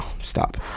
Stop